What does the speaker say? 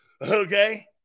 okay